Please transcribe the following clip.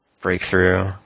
Breakthrough